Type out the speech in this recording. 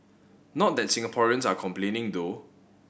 not that Singaporeans are complaining though